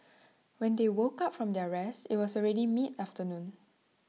when they woke up from their rest IT was already mid afternoon